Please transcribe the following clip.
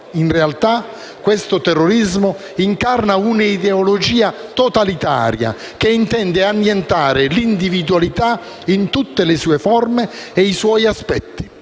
In realtà, questo terrorismo incarna un'ideologia totalitaria, che intende annientare l'individualità in tutte le sue forme e i suoi aspetti,